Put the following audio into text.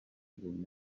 did